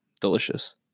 delicious